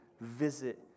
visit